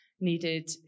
needed